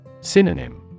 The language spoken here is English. Synonym